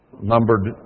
numbered